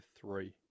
three